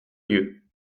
lieu